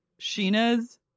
Sheena's